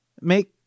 make